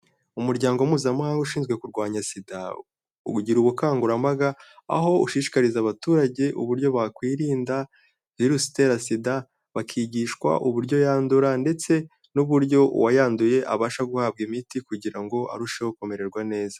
Umuryango mpuzamahanga ushinzwe kurwanya SIDA ugira ubukangurambaga, aho ushishikariza abaturage uburyo bakwirinda virusi itera SIDA, bakigishwa uburyo yandura ndetse n'uburyo uwayanduye abasha guhabwa imiti kugira ngo arusheho kumererwa neza.